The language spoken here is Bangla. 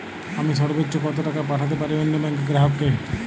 আমি সর্বোচ্চ কতো টাকা পাঠাতে পারি অন্য ব্যাংকের গ্রাহক কে?